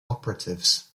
operatives